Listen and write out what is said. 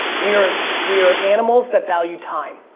we are we are animals that value time,